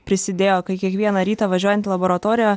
prisidėjo kai kiekvieną rytą važiuojant į laboratoriją